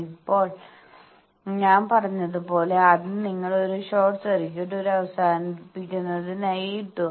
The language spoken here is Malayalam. അപ്പോൾ ഞാൻ പറഞ്ഞതുപോലെ ആദ്യം നിങ്ങൾ ഒരു ഷോർട്ട് സർക്യൂട്ട് ഒരു അവസാനിപ്പിക്കുന്നതിനായി ഇട്ടു